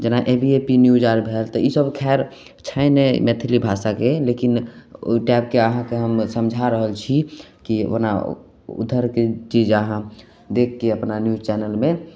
जेना A B P news आर भेल तऽ ईसब खैर छै नहि मैथिली भाषाके लेकिन ओहि टाइपके अहाँके हम समझा रहल छी कि ओना उधरके चीज अहाँ देखिके अपना न्यूज चैनलमे